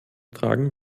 tragen